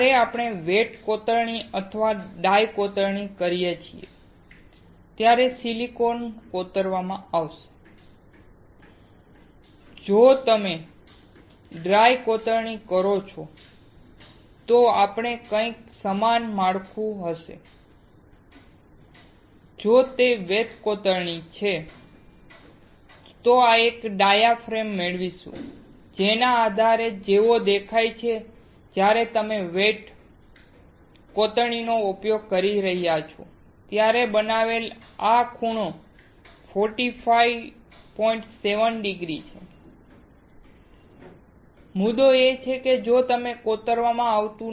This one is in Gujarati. જ્યારે આપણે વેટ કોતરણી અથવા ડ્રાય કોતરણી કરીએ છીએ ત્યારે સિલિકોન કોતરવામાં આવશે